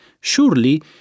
surely